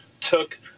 took